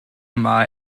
yma